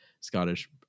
Scottish